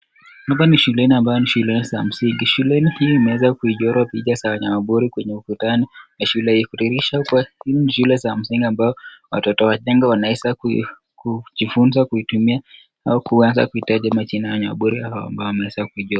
Hapa ni shuleni ambazo ni za msingi shule hii imeweza kuichora michoro sana, kwenye ukutano ya shule hii hizi ni shule za msingi ambayo watoto, wachanga wanaweza kujifuza kutumia au kutaja majina ambayo wameweza kuijua.